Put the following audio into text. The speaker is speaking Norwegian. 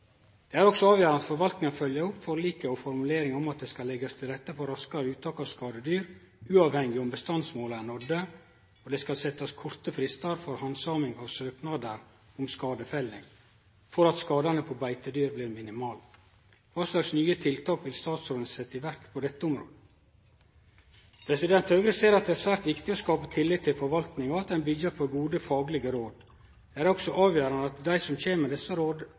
Det er også avgjerande at forvaltninga følgjer opp forliket og formuleringane om at det skal leggjast til rette for raskare uttak av skadedyr, uavhengig av om bestandsmåla er nådde, og det skal setjast korte fristar for handsaming av søknader om skadefelling, slik at skadane på beitedyr blir minimale. Kva slags nye tiltak vil statsråden setje i verk på dette området? Høgre ser at det er svært viktig å skape tillit til forvaltninga, og at ein byggjer på gode faglege råd. Det er også avgjerande at dei som kjem med desse